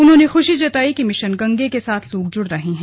उन्होंने खुशी जताई कि मिशन गंगे के साथ लोग जुड़ रहे हैं